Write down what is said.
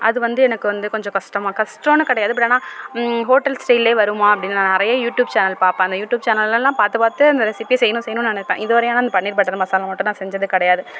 அது வந்து எனக்கு வந்து கொஞ்சம் கஷ்டமாக கஷ்டனு கிடையாது பட் ஆனால் ஹோட்டல் ஸ்டைலே வருமா அப்படி நான் நிறைய யூடியூப் சேனல் பார்ப்பேன் அந்த யூடியூப் சேனல்லலாம் பார்த்து பார்த்து அந்த ரெஸிபியை செய்யணு செய்யணுனு நினப்பேன் இது வரையும் ஆனால் அந்த பன்னீர் பட்டர் மசாலா மட்டும் நான் செஞ்சது கிடையாது